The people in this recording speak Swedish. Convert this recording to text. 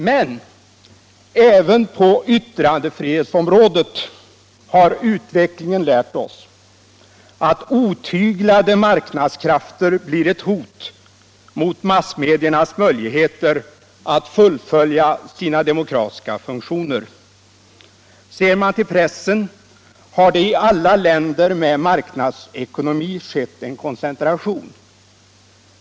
Men även på yttrandefrihetsområdet har utvecklingen lärt oss att otyglade marknadskrafter blir ett hot mot massmediernas möjligheter att fullfölja sina demokratiska funktioner. Ser man till pressen har det i alla länder med marknadsekonomi skett en koncentration.